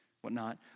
whatnot